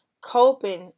coping